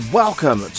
welcome